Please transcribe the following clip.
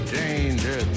danger